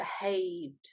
behaved